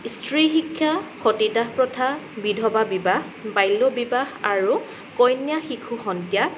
স্ত্ৰী শিক্ষা সতীদাহ প্ৰথা বিধৱা বিবাহ বাল্য বিবাহ আৰু কন্যা শিশু হত্যা